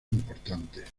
importantes